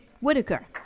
Whitaker